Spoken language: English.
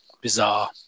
bizarre